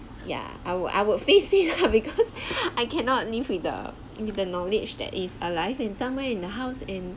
yeah I would I would face it lah because I cannot live with the with the knowledge that it's alive and somewhere in the house and